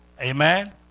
Amen